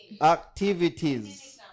activities